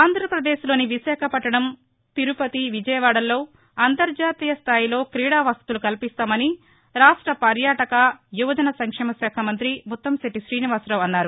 ఆంధ్రప్రదేశ్ లోని విశాఖపట్టణం తిరుపతి విజయవాడలో అంతర్జాతీయ స్థాయిలో క్రీడా వసతులు కల్పిస్తామని రాష్ట పర్యాటక యువజన సంక్షేమ శాఖ మంత్రి ముత్తంశెట్టి శీనివాసరావు అన్నారు